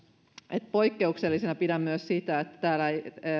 että poikkeuksellisena pidän myös sitä että ei täällä